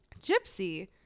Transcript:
Gypsy